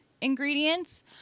ingredients